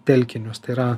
telkinius tai yra